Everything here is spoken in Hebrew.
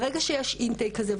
ברגע שיש אינטייק כזה,